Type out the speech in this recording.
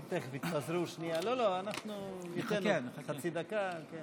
תודה, אדוני היושב-ראש.